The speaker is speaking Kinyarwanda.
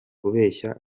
kubeshya